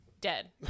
Dead